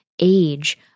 age